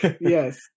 Yes